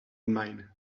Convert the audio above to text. mine